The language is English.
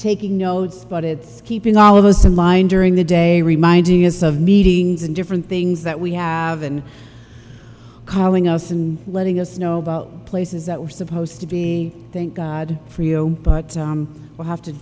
taking notes but it's keeping all of us in line during the day reminding us of meetings and different things that we have and calming us and letting us know about places that we're supposed to be thank god for you but we'll have to